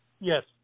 Yes